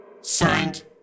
Signed